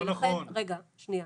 רגע, שנייה.